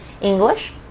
English